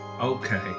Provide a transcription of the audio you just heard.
Okay